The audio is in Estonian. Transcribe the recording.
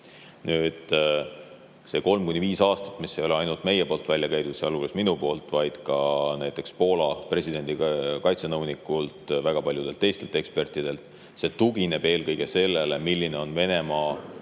on. See kolm kuni viis aastat ei ole ainult meie poolt välja käidud, sealhulgas minu poolt, vaid ka näiteks Poola presidendi kaitsenõuniku ja väga paljude teiste ekspertide poolt. See tugineb eelkõige sellele, milline on Venemaa